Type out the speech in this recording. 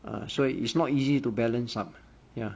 uh so it's not easy to balance up ya